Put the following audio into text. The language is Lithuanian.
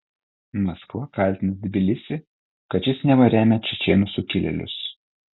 maskva kaltina tbilisį kad šis neva remia čečėnų sukilėlius